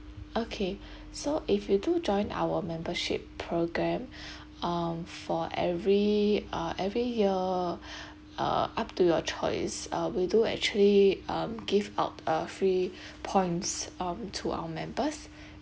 okay so if you do join our membership program um for every uh every year uh up to your choice uh we do actually um give out a free points um to our members